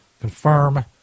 Confirm